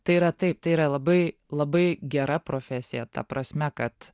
tai yra taip tai yra labai labai gera profesija ta prasme kad